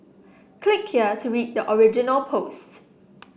click here to read the original posts